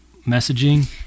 messaging